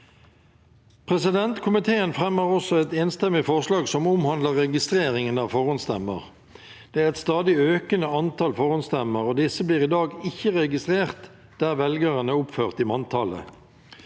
Komiteen fremmer også et enstemmig forslag som omhandler registreringen av forhåndsstemmer. Det er et stadig økende antall forhåndsstemmer, og disse blir i dag ikke registrert der velgeren er oppført i manntallet.